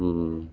ம்